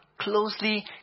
closely